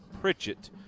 Pritchett